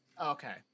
Okay